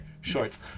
shorts